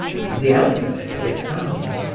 even the eldest, alexandra,